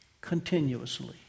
continuously